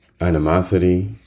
animosity